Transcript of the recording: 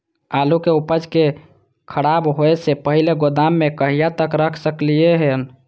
आलु के उपज के खराब होय से पहिले गोदाम में कहिया तक रख सकलिये हन?